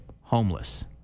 homeless